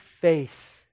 face